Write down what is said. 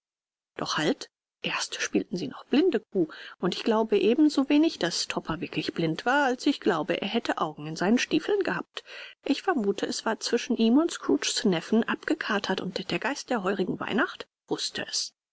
doch halt erst spielten sie noch blindekuh und ich glaube ebensowenig daß topper wirklich blind war als ich glaube er hätte augen in seinen stiefeln gehabt ich vermute es war zwischen ihm und scrooges neffen abgekartet und der geist der heurigen weihnacht wußte es